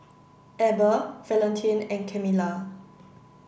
Eber Valentin and Camilla